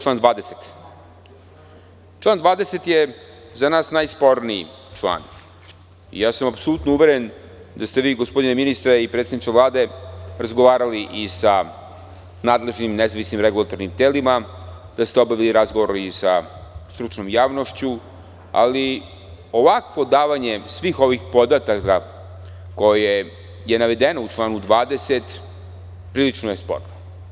Član 20. je za nas najsporniji član i apsolutno sam uveren da ste vi, gospodine ministre i predsedniče Vlade, razgovarali i sa nadležnim nezavisnim regulatornim telima, da ste obavili razgovor i sa stručnom javnošću, ali ovako davanje svih ovih podataka koje je navedeno u članu 20, prilično je sporno.